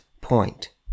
point